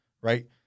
Right